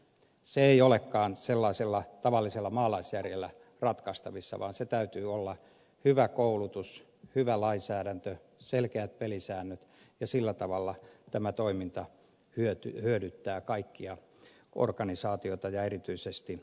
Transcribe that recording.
se ei olekaan sellaisella tavallisella maalaisjärjellä ratkaistavissa vaan sen täytyy olla hyvä koulutus hyvä lainsäädäntö selkeät pelisäännöt ja sillä tavalla tämä toiminta hyödyttää kaikkia organisaatioita ja erityisesti kansalaisia